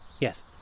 Yes